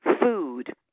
food